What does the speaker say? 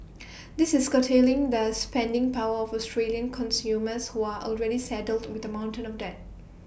this is curtailing the spending power of Australian consumers who are already saddled with A mountain of debt